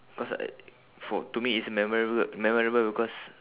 cause I for to me it's memorable memorable because